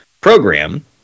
program